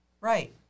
Right